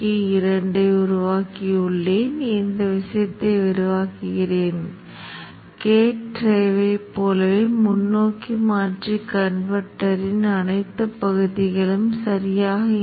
R முனையை பொறுத்து ஏனெனில் இந்த R முனையைப் பொறுத்து வெளியீட்டைப் பார்க்க விரும்புகிறோம் என்பதைக் கவனிக்க வேண்டும் எனவே அது Vo கமா R ஆக இருக்கும்